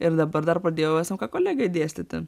ir dabar dar pradėjau smk kolegijoj dėstyti